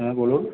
হ্যাঁ বলুন